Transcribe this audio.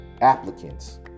applicants